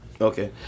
Okay